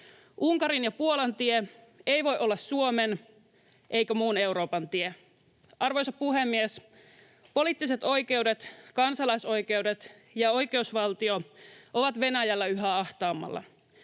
Unkarin ja Puolan tie ei voi olla Suomen eikä muun Euroopan tie. Arvoisa puhemies! Poliittiset oikeudet, kansalaisoikeudet ja oikeusvaltio ovat Venäjällä yhä ahtaammalla.